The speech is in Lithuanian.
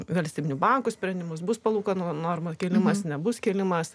valstybinių bankų sprendimus bus palūkanų normų kėlimas nebus kėlimas